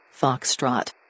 foxtrot